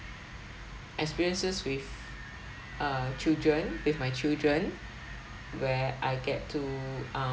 experiences with uh children with my children where I get to uh